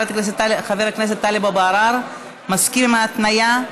חבר הכנסת טלב אבו עראר, מסכים להתניה?